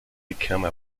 become